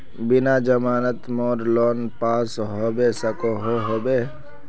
बिना जमानत मोर लोन पास होबे सकोहो होबे?